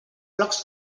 blocs